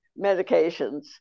medications